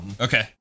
Okay